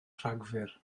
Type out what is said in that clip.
rhagfyr